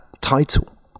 title